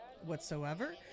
whatsoever